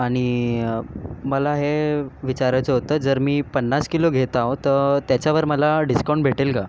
आणि मला हे विचारायचं होतं जर मी पन्नास किलो घेत आहो तर त्याच्यावर मला डिस्काउंट भेटेल का